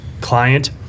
client